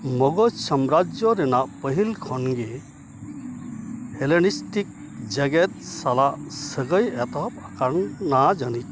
ᱢᱚᱡᱽ ᱥᱟᱢᱨᱟᱡᱡᱚ ᱨᱮᱱᱟᱜ ᱯᱟᱹᱦᱤᱞ ᱠᱷᱚᱱ ᱜᱮ ᱦᱮᱞᱮᱱᱤᱥᱴᱤᱠ ᱡᱮᱜᱮᱫ ᱥᱟᱞᱟᱜ ᱥᱟᱹᱜᱟᱹᱭ ᱮᱛᱚᱦᱚᱵ ᱟᱠᱟᱱᱟ ᱡᱟᱹᱱᱤᱪ